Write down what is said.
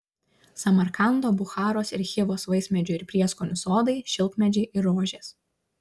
samarkando bucharos ir chivos vaismedžių ir prieskonių sodai šilkmedžiai ir rožės